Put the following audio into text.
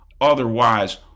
otherwise